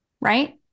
Right